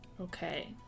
Okay